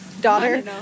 Daughter